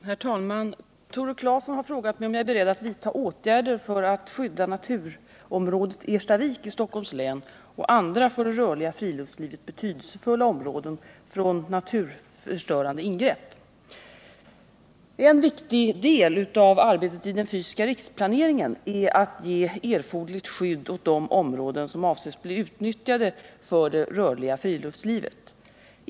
Herr talman! Tore Claeson har frågat mig om jag är beredd att vidta åtgärder för att skydda naturområdet Erstavik i Stockholms län och andra för det rörliga friluftslivet betydelsefulla områden från naturförstörande ingrepp. En viktig del av arbetet i den fysiska riksplaneringen är att ge erforderligt skydd åt de områden som avses bli utnyttjade för det rörliga friluftslivet.